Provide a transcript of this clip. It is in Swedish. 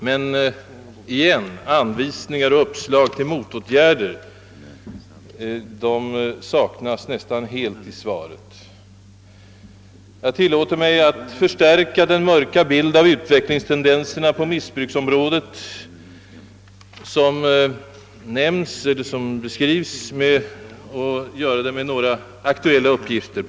Men återigen måste man konstatera att anvisningar och uppslag till motåtgärder nästan helt saknas i svaret. Jag tillåter mig att förstärka den mörka bild av utvecklingstendenserna på missbruksområdet, som ges i svaret, med några aktuella uppgifter jag fått.